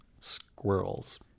Squirrels